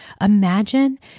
imagine